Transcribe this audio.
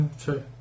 true